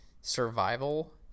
survival